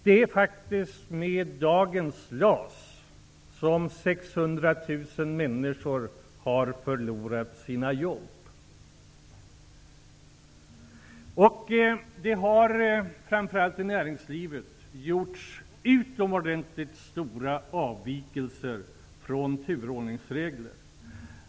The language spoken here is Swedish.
Det är med dagens LAS som 600 000 människor har förlorat jobbet. Det har framför allt i näringslivet gjorts utomordentligt stora avvikelser från turordningsregler.